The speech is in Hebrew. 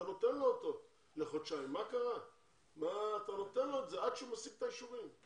אתה נותן לו אותו לחודשיים עד שהוא משיג את האישורים.